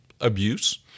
abuse